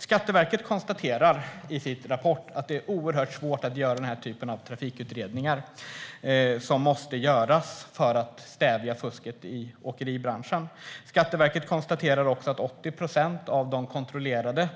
Skatteverket konstaterar i sin rapport att det är oerhört svårt att göra den här typen av trafikutredningar som måste göras för att stävja fusket i åkeribranschen. Skatteverket konstaterar också att i 80 procent av de kontrollerade